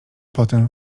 potem